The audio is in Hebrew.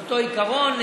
אותו עיקרון.